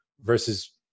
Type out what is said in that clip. versus